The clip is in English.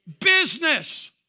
Business